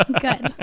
Good